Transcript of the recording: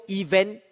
event